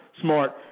smart